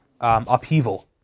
upheaval